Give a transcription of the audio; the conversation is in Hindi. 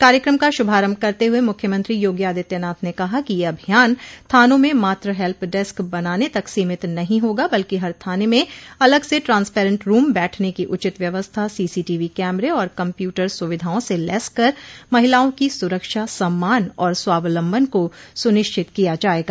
कार्यकम का शुभारम्भ करते हुए मुख्यमंत्री योगी आदित्यनाथ ने कहा कि यह अभियान थानों में मात्र हेल्प डेस्क बनाने तक सीमित नहीं होगा बल्कि हर थाने में अलग से ट्रांसपैरेंट रूम बैठन की उचित व्यवस्था सीसी टीवी कैमरे और कम्प्यूटर सुविधाओं से लैस कर महिलाओं की सुरक्षा सम्मान और स्वावलंबन को सुनिश्चित किया जायेगा